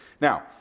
Now